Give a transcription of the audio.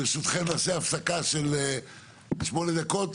ברשותכם נעשה הפסקה של שמונה דקות,